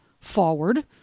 forward